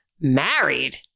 married